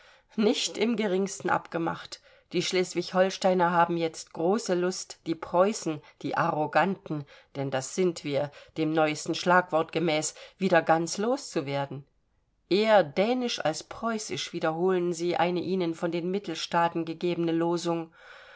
nicht im geringsten abgemacht die schleswig holsteiner haben jetzt große lust die preußen die arroganten denn das sind wir dem neuesten schlagwort gemäß wieder ganz los zu werden eher dänisch als preußisch wiederholen sie eine ihnen von den mittelstaaten gegebene losung